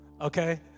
okay